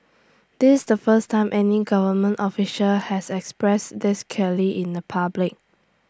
this the first time any government official has expressed this clearly in the public